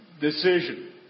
decision